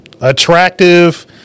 attractive